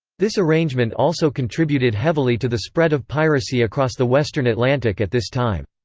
this arrangement also contributed heavily to the spread of piracy across the western atlantic at this time.